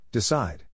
Decide